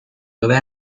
dove